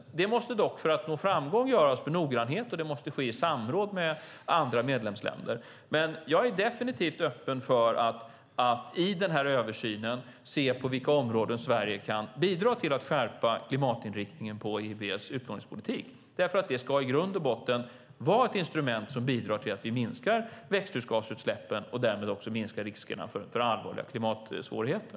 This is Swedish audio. För att nå framgång med detta måste det göras noggrant, och det måste ske i samråd med andra medlemsländer. Jag är definitivt öppen för att i översynen se på vilka områden Sverige kan bidra till att skärpa klimatinriktningen på EIB:s utgångspolitik. Det ska i grund och botten vara ett instrument som bidrar till att vi minskar växthusgasutsläppen och därmed minskar riskerna för allvarliga klimatsvårigheter.